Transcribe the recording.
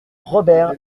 robert